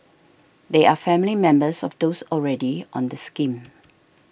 they are family members of those already on the scheme